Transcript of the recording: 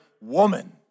woman